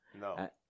No